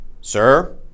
sir